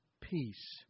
Peace